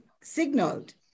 signaled